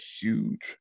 huge